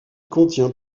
contient